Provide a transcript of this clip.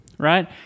Right